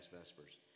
vespers